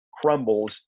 crumbles